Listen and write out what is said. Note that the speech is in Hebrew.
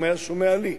אם היה שומע לי,